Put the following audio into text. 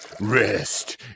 rest